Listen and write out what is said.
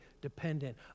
dependent